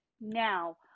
now